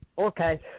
Okay